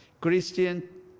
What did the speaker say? Christian